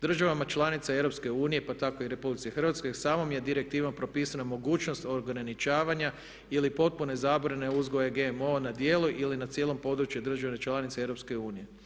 Državama članica EU pa tako i RH samom je direktivom propisana mogućnost ograničavanja ili potpune zabrane uzgoja GMO-a na djelu ili na cijelom području države članice EU.